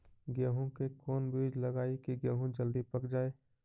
गेंहू के कोन बिज लगाई कि गेहूं जल्दी पक जाए?